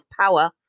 power